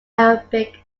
arabic